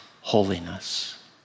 holiness